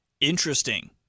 Interesting